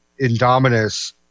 Indominus